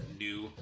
new